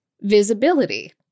visibility